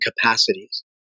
capacities